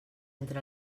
entre